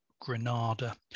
Granada